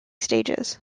stages